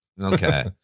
okay